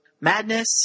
madness